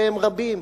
והם רבים,